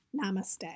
Namaste